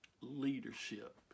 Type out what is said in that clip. leadership